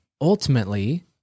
ultimately